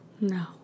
No